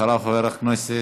אחריו, חבר הכנסת